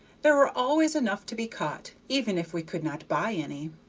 there were always enough to be caught, even if we could not buy any.